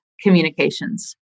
communications